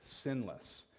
sinless